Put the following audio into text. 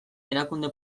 erakunde